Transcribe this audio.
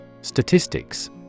Statistics